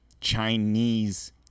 Chinese